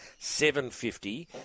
$750